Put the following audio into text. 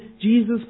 Jesus